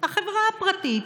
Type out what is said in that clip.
החברה הפרטית,